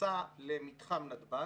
בכניסה למתחם נתב"ג,